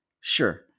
Sure